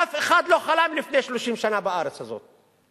אף אחד לא חלם לפני 30 שנה בארץ הזאת.